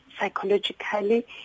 psychologically